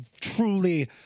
truly